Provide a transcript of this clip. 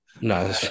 No